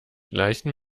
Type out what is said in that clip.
gleichen